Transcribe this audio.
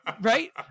right